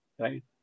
right